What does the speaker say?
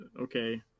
okay